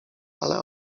ale